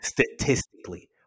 statistically